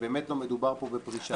שבאמת לא מדובר פה בפרישה.